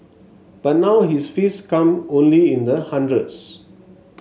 but now his fees come only in the hundreds